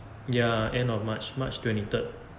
ya end of march march twenty third